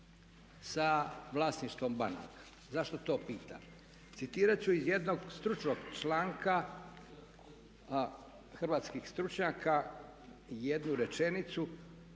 sa vlasništvom banaka? Zašto to pitam? Citirati ću iz jednog stručnog članka hrvatskih stručnjaka jednu rečenicu,